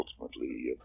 ultimately